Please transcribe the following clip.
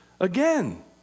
Again